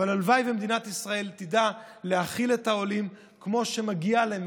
אבל הלוואי שמדינת ישראל תדע להכיל את העולים כמו שמגיע להם,